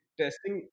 testing